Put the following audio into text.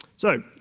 so,